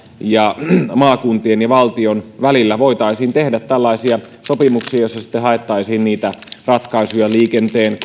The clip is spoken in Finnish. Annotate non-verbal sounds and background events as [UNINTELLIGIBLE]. ja maakuntien ja valtion välillä voitaisiin tehdä tällaisia sopimuksia joissa sitten haettaisiin niitä ratkaisuja liikenteen [UNINTELLIGIBLE]